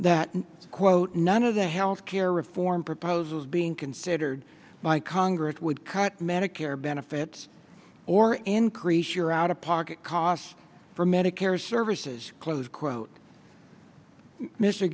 that quote none of the health care reform proposals being considered by congress would cut medicare benefits or increase your out of pocket costs for medicare services close quote mr